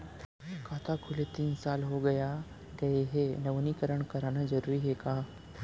खाता खुले तीन साल हो गया गये हे नवीनीकरण कराना जरूरी हे का?